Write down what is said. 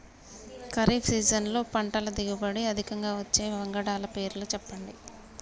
ఖరీఫ్ సీజన్లో పంటల దిగుబడి అధికంగా వచ్చే వంగడాల పేర్లు చెప్పండి?